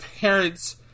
parents